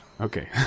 Okay